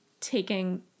taking